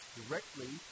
directly